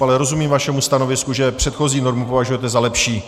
Ale rozumím vašemu stanovisku, že předchozí normu považujete za lepší.